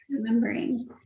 remembering